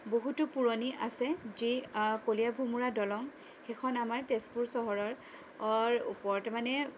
বহুতো পুৰণি আছে যি কলীয়াভোমোৰা দলং সেইখন আমাৰ তেজপুৰ চহৰৰ ওপৰত মানে